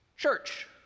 church